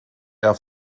air